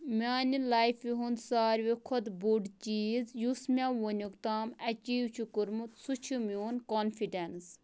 میانہِ لایفہِ ہُند ساروی کھۄتہٕ بوٚڑ چیٖز یُس مے وُنیُک تام ایٚچیٖو چھُ کوٚرمُت سُہ چھُ میون کانفِڈینٕس